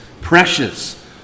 Precious